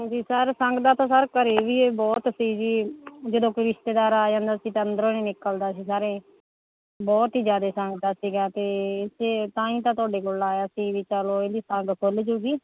ਹਾਂਜੀ ਸਰ ਸੰਗਦਾ ਤਾਂ ਸਰ ਘਰ ਵੀ ਇਹ ਬਹੁਤ ਸੀ ਜੀ ਜਦੋਂ ਕੋਈ ਰਿਸ਼ਤੇਦਾਰ ਆ ਜਾਂਦਾ ਸੀ ਤਾਂ ਅੰਦਰੋਂ ਨਹੀਂ ਨਿਕਲਦਾ ਸੀ ਸਰ ਇਹ ਬਹੁਤ ਹੀ ਜ਼ਿਆਦੇ ਸੰਗਦਾ ਸੀਗਾ ਅਤੇ ਅਤੇ ਤਾਂ ਹੀ ਤਾਂ ਤੁਹਾਡੇ ਕੋਲ ਲਾਇਆ ਸੀ ਵੀ ਚਲੋ ਇਹਦੀ ਸੰਗ ਖੁੱਲ੍ਹ ਜੂਗੀ